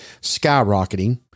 skyrocketing